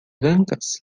dankas